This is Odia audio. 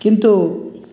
କିନ୍ତୁ